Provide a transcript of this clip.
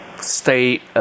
stay